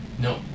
no